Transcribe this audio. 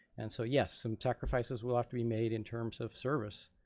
and so, yes, some sacrifices will have to be made in terms of service,